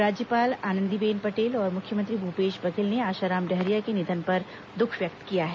राज्यपाल आनंदीबेन पटेल और मुख्यमंत्री भूपेश बघेल ने आशाराम डहरिया के निधन पर दुख व्यक्त किया है